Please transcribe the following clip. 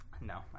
No